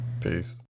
Peace